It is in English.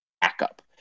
backup